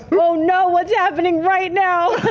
oh, no! what's happening right now?